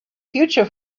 future